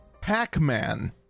Pac-Man